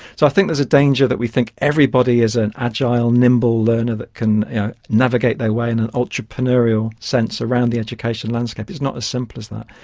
i think there is a danger that we think everybody is an agile, nimble learner that can navigate their way in an entrepreneurial sense around the educational landscape, it's not as simple as that.